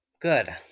Good